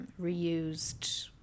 reused